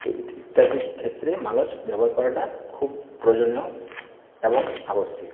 ইত্যাদির ক্ষেত্রে মালচ ব্যবহার করাটা খুব প্রয়োজনীয় এবং আবশ্যিক